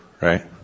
Right